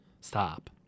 Stop